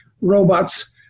robots